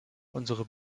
unsere